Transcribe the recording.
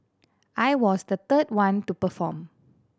I was the third one to perform